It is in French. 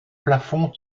plafond